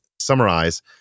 summarize